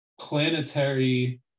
planetary